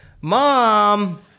Mom